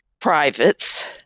privates